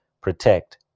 protect